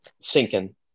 sinking